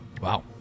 wow